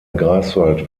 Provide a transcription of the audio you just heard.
greifswald